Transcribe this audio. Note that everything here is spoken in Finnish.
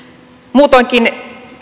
muutoinkin